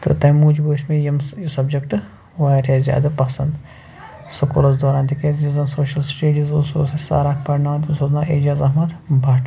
تہٕ تَمہِ موٗجوٗب ٲسۍ مےٚ یِم سبجکٹہٕ وارِیاہ زیادٕ پسنٛد سکوٗلس دوران تِکیٛازِ یُس زن سوشل سِٹیٚڈیٖز اوس سُہ اوس اَسہِ سر اکھ پرٕناوان تٔمِس اوس ناو ایجاز احمد بٹ